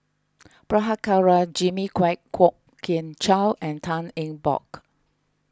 Prabhakara Jimmy Quek Kwok Kian Chow and Tan Eng Bock